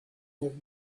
will